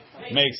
makes